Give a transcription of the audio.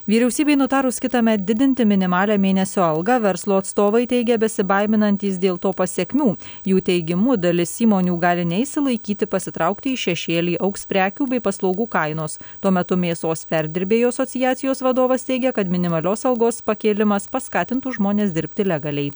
vyriausybei nutarus kitąmet didinti minimalią mėnesio algą verslo atstovai teigia besibaiminantys dėl to pasekmių jų teigimu dalis įmonių gali neišsilaikyti pasitraukti į šešėlį augs prekių bei paslaugų kainos tuo metu mėsos perdirbėjų asociacijos vadovas teigia kad minimalios algos pakėlimas paskatintų žmones dirbti legaliai